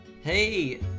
hey